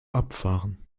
abfahren